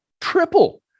triple